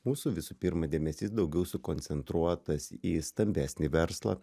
mūsų visų pirma dėmesys daugiau sukoncentruotas į stambesnį verslą